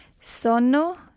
Sono